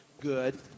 good